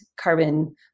carbon